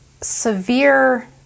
severe